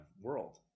world